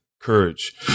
Courage